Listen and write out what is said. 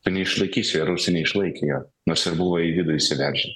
tu neišlaikysi rusai neišlaikė jo nors ir buvo į vidų įsiveržę